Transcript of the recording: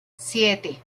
siete